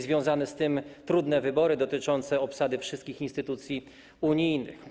Związane z tym były trudne wybory dotyczące obsady wszystkich instytucji unijnych.